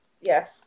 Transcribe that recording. yes